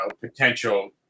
potential